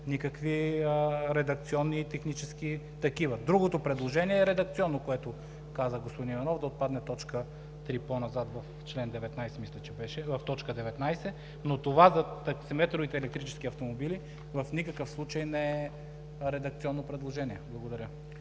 никакви редакционни и технически такива. Другото предложение е редакционно, което каза господин Иванов – да отпадне т. 3 по-назад в т. 19. Но това за таксиметровите електрически автомобили в никакъв случай не е редакционно предложение. Благодаря.